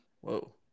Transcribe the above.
Whoa